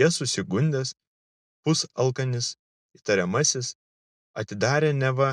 ja susigundęs pusalkanis įtariamasis atidarė neva